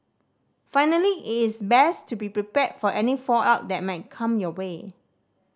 finally it's best to be prepared for any fallout that might come your way